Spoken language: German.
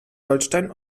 holstein